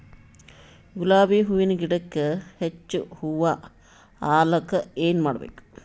ಗುಲಾಬಿ ಹೂವಿನ ಗಿಡಕ್ಕ ಹೆಚ್ಚ ಹೂವಾ ಆಲಕ ಏನ ಮಾಡಬೇಕು?